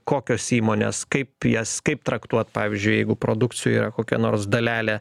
kokios įmonės kaip jas kaip traktuot pavyzdžiui jeigu produkcijoj yra kokia nors dalelė